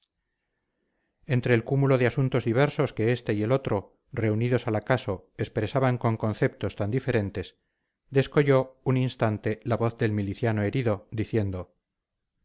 entre el cúmulo de asuntos diversos que este y el otro reunidos al acaso expresaban con conceptos tan diferentes descolló un instante la voz del miliciano herido diciendo